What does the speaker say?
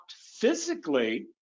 physically